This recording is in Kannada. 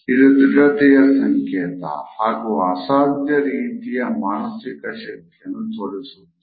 ಇದು ದೃಢತೆಯ ಸಂಕೇತ ಹಾಗು ಅಸಾಧ್ಯ ರೀತಿಯ ಮಾನಸಿಕ ಶಕ್ತಿಯನ್ನು ತೋರಿಸುತ್ತದೆ